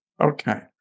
okay